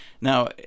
Now